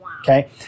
Okay